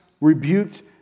rebuked